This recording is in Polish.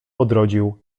odrodził